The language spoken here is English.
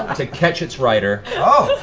to catch its rider,